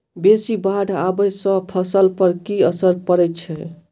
बेसी बाढ़ आबै सँ फसल पर की असर परै छै?